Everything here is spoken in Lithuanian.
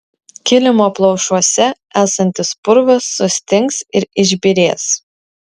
kilimo plaušuose esantis purvas sustings ir išbyrės